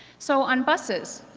so on buses,